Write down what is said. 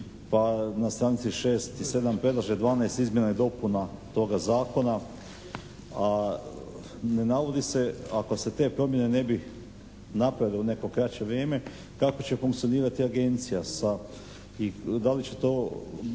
pa na stranici 6 i 7 predlaže 12 izmjena i dopuna toga Zakona. A ne navodi se, ako se te promjene ne bi napravile i neko kraće vrijeme, kako će funkcionirati Agencija i da li će to,